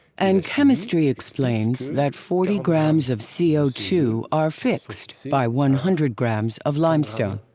and chemistry explains that forty grams of c o two are fixed by one hundred grams of limestone